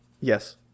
Yes